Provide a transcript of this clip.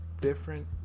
different